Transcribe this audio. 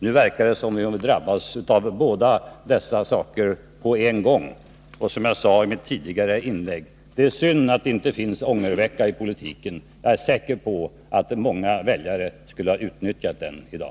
Nu verkar det som om vi drabbas av båda dessa saker på en gång. Och, som jag sade i mitt tidigare inlägg: Det är synd att det inte finns ångervecka i politiken. Jag är säker på att många väljare skulle ha utnyttjat den i dag.